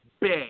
big